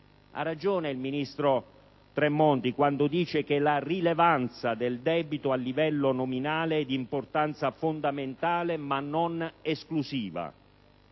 Ha ragione il ministro Tremonti quando afferma che «la rilevanza del debito a livello nominale è di importanza fondamentale, ma non esclusiva».